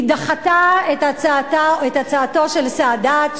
היא דחתה את הצעתו של סאדאת,